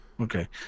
Okay